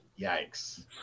Yikes